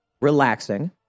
relaxing